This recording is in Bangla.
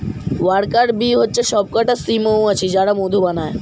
ওয়ার্কার বী হচ্ছে সবকটা স্ত্রী মৌমাছি যারা মধু বানায়